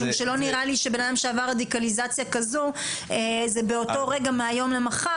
משום שלא נראה לי שבנאדם שעבר רדיקליזציה כזו זה באותו רגע מהיום למחר,